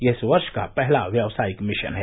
यह इस वर्ष का पहला व्यवसायिक मिशन है